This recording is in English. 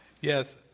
Yes